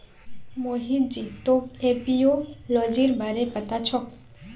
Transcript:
मोहित जी तोक एपियोलॉजीर बारे पता छोक